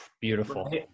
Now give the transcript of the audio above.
Beautiful